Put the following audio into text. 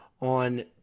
on